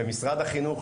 למשרד החינוך,